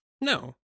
No